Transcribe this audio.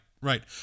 right